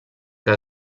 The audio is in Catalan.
que